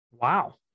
Wow